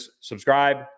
subscribe